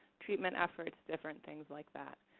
treatment efforts, different things like that.